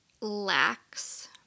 lax